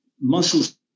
muscles